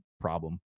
problem